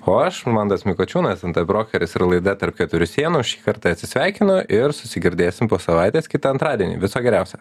o aš mantas mikočiūnas en te brokeris ir laida tarp keturių sienų šį kartą atsisveikinu ir susigirdėsim po savaitės kitą antradienį viso geriausio